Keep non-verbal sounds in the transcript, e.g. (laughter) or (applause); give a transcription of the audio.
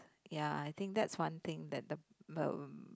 ya I think that's one thing that the (noise)